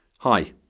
Hi